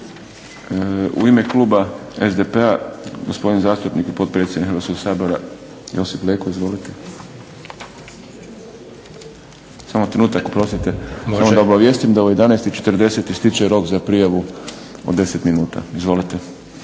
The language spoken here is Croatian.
U ime kluba SDP-a gospodin zastupnik i potpredsjednik Hrvatskog sabora Josip Leko. Izvolite. Samo trenutak, oprostite. Samo da obavijestim da u 11,40 ističe rok za prijavu od 10 minuta. Izvolite.